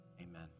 amen